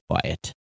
quiet